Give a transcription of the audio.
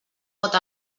pot